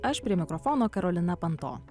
aš prie mikrofono karolina panto